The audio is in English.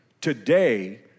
Today